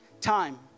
time